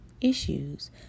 issues